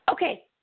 Okay